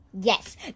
Yes